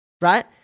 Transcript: right